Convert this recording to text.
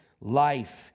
life